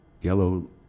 yellow